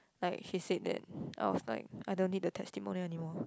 like she said that I was like I don't need the testimonial anymore